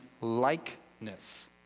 likeness